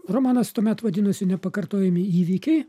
romanas tuomet vadinosi nepakartojami įvykiai